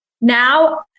now